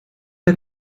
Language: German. der